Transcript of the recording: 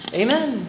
amen